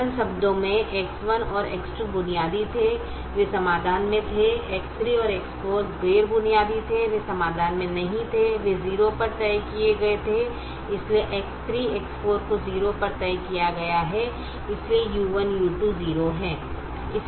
साधारण शब्दों से X1 और X2 बुनियादी थे वे समाधान में थे X3 और X4 गैर बुनियादी थे वे समाधान में नहीं थे वे 0 पर तय किए गए थे इसलिए X3 X4 को 0 पर तय किया गया है इसलिए u1u2 0 हैं